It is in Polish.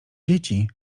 dzieci